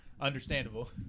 Understandable